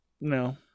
No